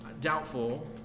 doubtful